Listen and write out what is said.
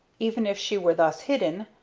even if she were thus hidden,